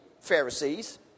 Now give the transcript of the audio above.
Pharisees